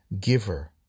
Giver